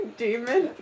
demon